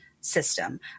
system